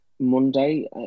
Monday